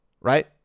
right